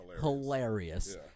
hilarious